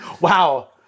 Wow